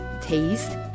taste